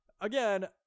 Again